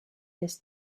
this